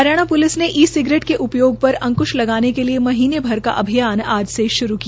Haryana police ने e cigarette के उपयोग पर अंक्श लगाने के लिए महीने भर का अभियान आज से श्रू किया